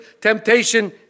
temptation